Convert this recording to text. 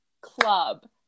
club